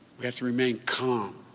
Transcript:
we have to remain calm,